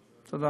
תודה.